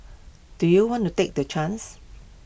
do you want to take the chance